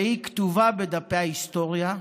והיא כתובה בדפי ההיסטוריה.